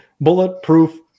bulletproof